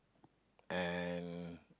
and